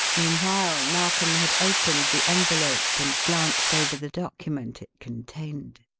meanwhile, narkom had opened the envelope and glanced over the document it contained.